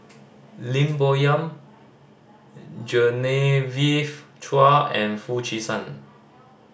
Lim Bo Yam Genevieve Chua and Foo Chee San